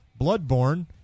Bloodborne